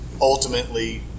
ultimately